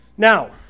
Now